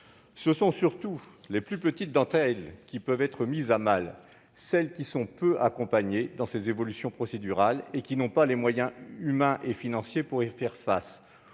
Ce sont surtout les plus petites d'entre elles qui peuvent être mises à mal, celles qui sont peu accompagnées dans ces évolutions procédurales et qui n'ont pas les moyens humains et financiers d'y faire face